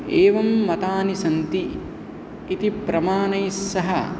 एवं मतानि सन्ति इति प्रमानैस्सह